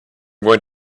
going